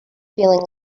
feeling